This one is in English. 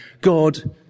God